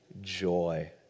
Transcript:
joy